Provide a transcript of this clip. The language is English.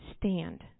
stand